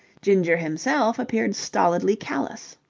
ginger himself appeared stolidly callous.